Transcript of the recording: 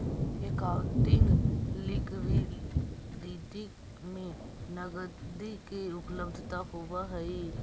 accounting liquidity में नकदी के उपलब्धता होवऽ हई